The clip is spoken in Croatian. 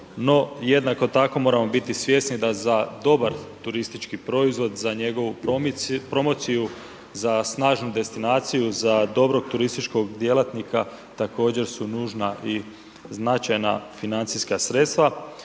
jednako tako moramo biti svjesni da za dobar turistički proizvod, za njegovu promociju, za snažnu destinaciju, za dobrog turističkog djelatnika također su nužna i značajna financijska sredstva,